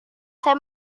saya